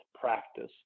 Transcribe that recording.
practice